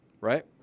right